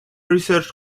research